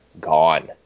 gone